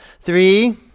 Three